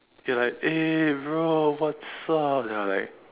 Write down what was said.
he's like eh bro what's up then I was like